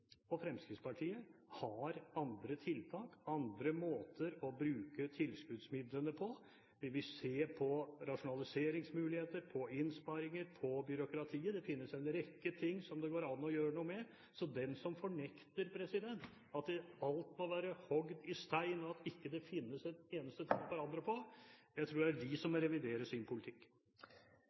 og Fremskrittspartiet, har andre tiltak og andre måter å bruke tilskuddsmidlene på. Vi vil se på rasjonaliseringsmuligheter, på innsparinger, på byråkratiet – det finnes en rekke ting som det går an å gjøre noe med. Den som fornekter at alt må være hogd i stein, og at det ikke finnes en eneste ting å forandre på, tror jeg er den som må revidere sin politikk.